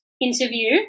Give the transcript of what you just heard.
interview